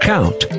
Count